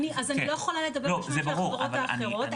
אז אני לא יכולה לדבר בשמן של החברות האחרות,